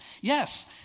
Yes